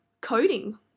coding